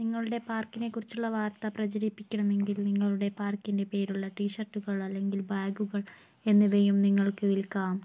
നിങ്ങളുടെ പാർക്കിനെക്കുറിച്ചുള്ള വാർത്ത പ്രചരിപ്പിക്കണമെങ്കിൽ നിങ്ങളുടെ പാർക്കിൻ്റെ പേരുള്ള ടീഷർട്ടുകൾ അല്ലെങ്കിൽ ബാഗുകൾ എന്നിവയും നിങ്ങൾക്ക് വിൽക്കാം